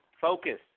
focus